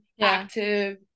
active